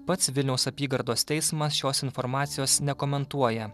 pats vilniaus apygardos teismas šios informacijos nekomentuoja